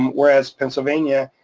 whereas pennsylvania,